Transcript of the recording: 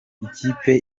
ikipe